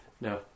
No